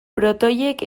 protoiek